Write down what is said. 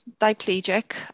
diplegic